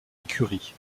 écurie